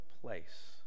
place